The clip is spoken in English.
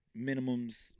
minimums